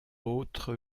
autres